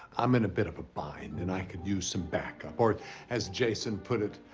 i'm in a bit of a bind, and i could use some backup, or as jason put it,